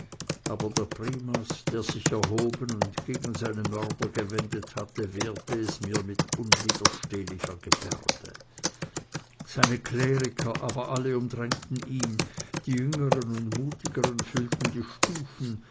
aber der primas der sich erhoben und gegen seine mörder gewendet hatte wehrte es mir mit unwiderstehlicher gebärde seine kleriker aber alle umdrängten ihn die jüngeren und mutigeren füllten die stufen